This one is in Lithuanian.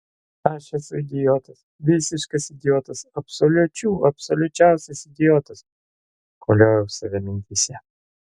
aš esu idiotas visiškas idiotas absoliučių absoliučiausias idiotas koliojau save mintyse